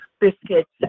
biscuits